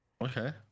Okay